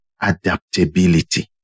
adaptability